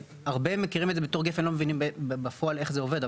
הרבה מכירים את זה בתוך גפן ולא מבינים בפועל איך זה עובד,